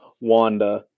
Wanda